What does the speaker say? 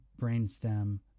brainstem